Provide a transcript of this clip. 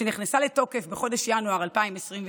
שנכנסה לתוקף בחודש ינואר 2023,